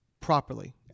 properly